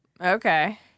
Okay